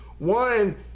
One